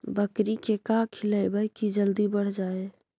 बकरी के का खिलैबै कि जल्दी बढ़ जाए?